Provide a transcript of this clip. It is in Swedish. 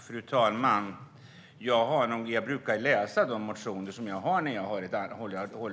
Fru talman! Jag brukar läsa de motioner som tas upp